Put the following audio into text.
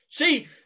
See